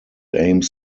aims